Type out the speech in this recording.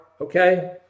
okay